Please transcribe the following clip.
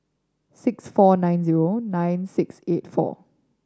six four nine zero nine six eight four